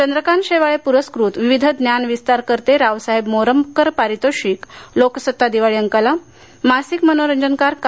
चंद्रकांत शेवाळे पुरस्कृत विविध ज्ञानविस्तारकर्ते रावसाहेब मोरमकर पारितोषिक लोकसत्ता दिवाळी अंकाला मासिक मनोरंजनकार का